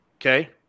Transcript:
okay